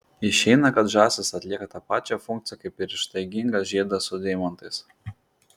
išeina kad žąsys atlieka tą pačią funkciją kaip ir ištaigingas žiedas su deimantais